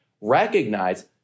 recognize